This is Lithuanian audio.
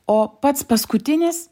o pats paskutinis